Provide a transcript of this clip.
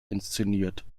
inszeniert